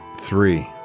Three